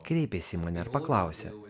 kreipėsi į mane ir paklausė